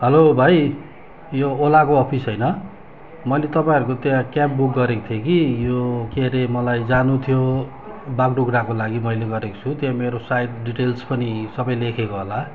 hello भाइ यो ओलाको अफिस होइन मैले तपाईँहरूको त्यहाँ क्याब बुक गरेको थिएँ कि यो के अरे मलाई जानु थियो बागडुग्राको लागि मैले गरेको छु त्यहाँ मेरो सायद डिटेल्स पनि सबै लेखेको होला